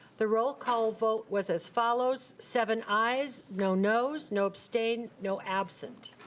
the roll call vote was as follows, seven ayes, no noes, no abstained, no absent.